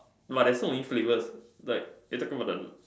but there's so many flavours like are you talking about the